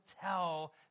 tell